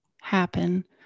happen